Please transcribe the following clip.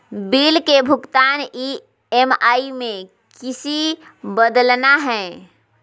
Bill के भुगतान EMI में किसी बदलना है?